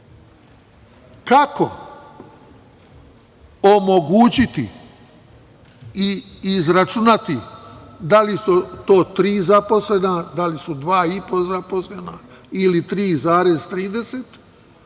kako omogućiti i izračunati da li su to tri zaposlena, da li su dva i po zaposlena ili 3,30